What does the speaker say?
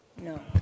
No